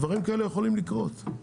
דברים כאלה יכולים לקרות,